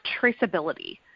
traceability